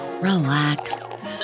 Relax